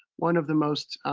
one of the most,